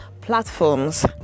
platforms